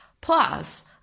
Plus